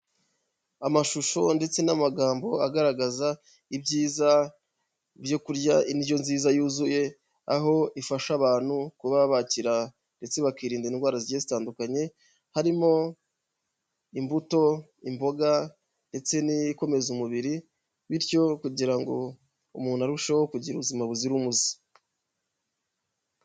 Amashusho ndetse n'amagambo agaragaza ibyiza byo kurya indyo nziza yuzuye, aho ifasha abantu kuba bakira ndetse bakirinda indwara zigiye zitandukanye, harimo imbuto, imboga ndetse n'iyikomeza umubiri, bityo kugira ngo umuntu arusheho kugira ubuzima buzira umuze.